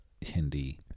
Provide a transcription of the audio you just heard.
Hindi